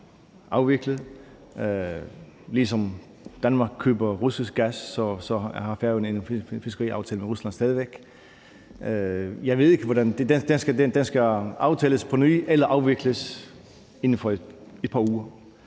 afviklet. Ligesom Danmark køber russisk gas, har Færøerne stadig væk en fiskeriaftale med Rusland. Den skal aftales på ny eller afvikles inden for et par uger.